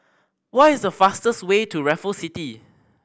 what is the fastest way to Raffles City